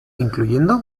incluyendo